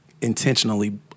intentionally